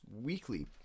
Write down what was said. weekly